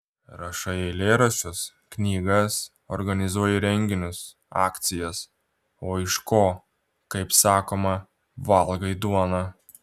rašai eilėraščius knygas organizuoji renginius akcijas o iš ko kaip sakoma valgai duoną